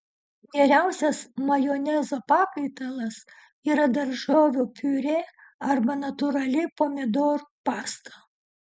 geriausias majonezo pakaitalas yra daržovių piurė arba natūrali pomidorų pasta